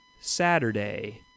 Saturday